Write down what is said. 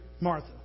Martha